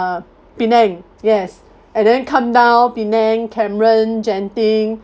uh penang yes and then come down penang cameron genting